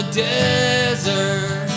desert